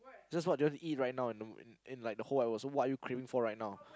just what do you wanna eat right now in the in like the whole wide world so what are you craving for right now